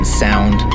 sound